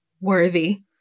worthy